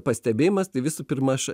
pastebėjimas tai visų pirma aš